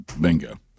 Bingo